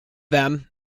them